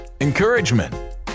Encouragement